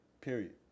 period